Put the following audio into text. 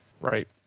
right